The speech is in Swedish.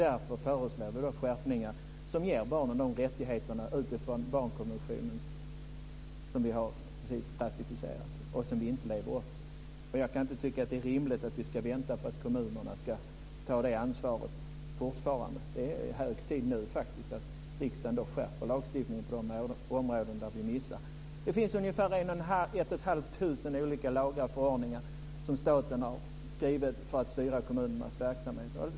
Därför föreslår Vänsterpartiet skärpningar som ger barnen rättigheter utifrån barnkonventionen, som vi precis har ratificerat och som vi inte lever upp till. Jag kan inte tycka att det är rimligt att vi fortfarande ska vänta på att kommunerna ska ta det ansvaret. Det är faktiskt hög tid att riksdagen skärper lagstiftningen på de områden som vi missat. Det finns ungefär ett och ett halvt tusen olika lagar och förordningar som staten har skrivit för att styra kommunernas verksamhet.